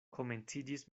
komenciĝis